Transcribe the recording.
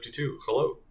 hello